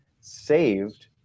saved